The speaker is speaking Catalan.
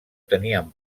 tenien